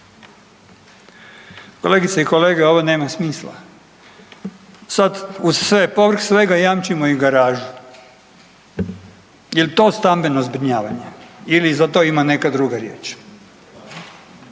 Kolegice i kolege ovo nema smisla. Sad uz sve, povrh svega jamčimo i garažu. Jel to stambeno zbrinjavanje ili za to ima neka druga riječ?